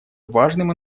важным